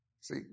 See